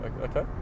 okay